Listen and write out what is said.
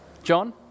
John